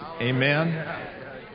Amen